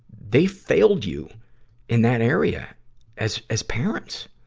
they failed you in that area as, as parents.